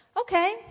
okay